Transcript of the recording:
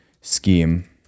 scheme